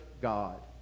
God